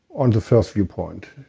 on the first viewpoint.